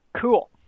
Cool